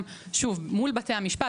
ומול בתי המשפט,